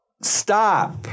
Stop